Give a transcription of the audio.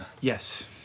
Yes